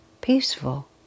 peaceful